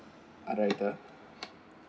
art director